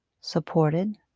supported